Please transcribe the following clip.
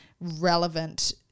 relevant